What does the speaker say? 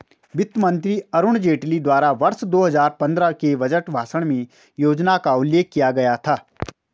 वित्त मंत्री अरुण जेटली द्वारा वर्ष दो हजार पन्द्रह के बजट भाषण में योजना का उल्लेख किया गया था